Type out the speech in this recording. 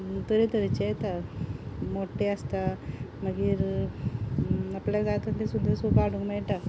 तरेतरेचे येता मोठे आसता मागीर आपल्याक जाय तशे सुद्दां सोफा हाडूंक मेळटा